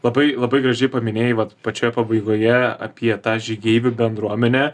labai labai gražiai paminėjai vat pačioje pabaigoje apie tą žygeivių bendruomenę